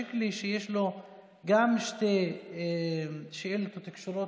במדינת ישראל שקובעת שתפילתן של נשות הכותל,